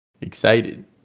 Excited